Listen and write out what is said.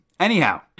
Anyhow